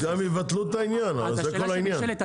רק השאלה שנשאלת,